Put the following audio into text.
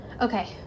Okay